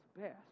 best